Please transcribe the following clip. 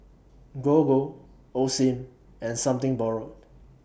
Gogo Osim and Something Borrowed